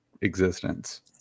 existence